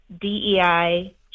DEI